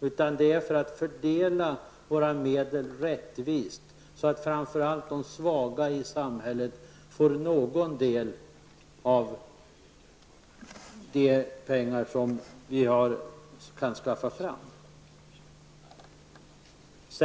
utan för att fördela våra medel rättvist, så att framför allt de svaga i samhället får något av de pengar som vi kan skaffa fram.